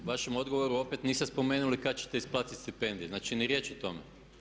U vašem odgovoru opet niste spomenuli kada ćete isplatiti stipendije, znači ni riječi o tome.